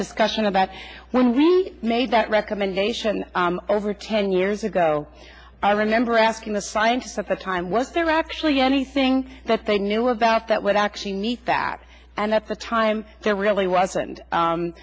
discussion about when we made that recommendation over ten years ago i remember asking the scientists at the time what they're actually anything that they knew about that would actually need that and at the time there really wasn't